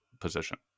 position